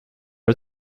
are